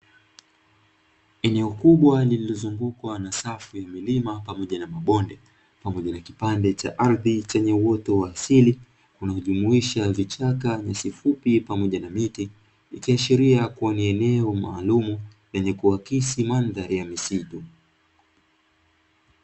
Eneo kubwa lililozungukwa na safu ya milima pamoja na na mabonde, pamoja na kipande cha ardhi chenye uoto wa asili unaojumuisha: vichaka, nyasi fupi pamoja na miti; ikiashiria kuwa ni eneo maalumu lenye kuakisi mandhari ya misitu.